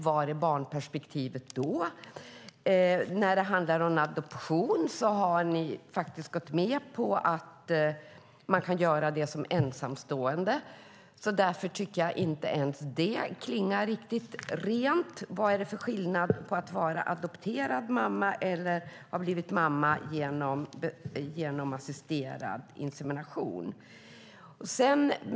Var är barnperspektivet då? Ni har ju gått med på att man ska kunna adoptera som ensamstående. Vad är det för skillnad på att vara adoptivmamma och att ha blivit mamma genom assisterad insemination?